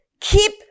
keep